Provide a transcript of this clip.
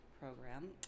Program